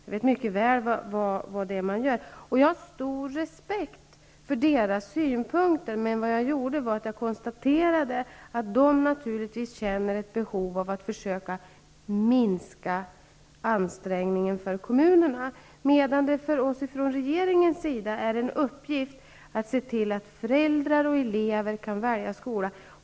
Jag vet mycket väl hur man arbetar i Kommunförbundet. Jag har stor respekt för dess synpunkter. Vad jag emellertid gjorde var att jag konstaterade att man i Kommunförbundet naturligtvis känner ett behov av att försöka minska ansträngningen för kommunerna. Regeringens uppgift är i stället att se till att föräldrar och elever kan välja skola.